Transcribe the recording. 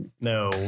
no